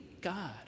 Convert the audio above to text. God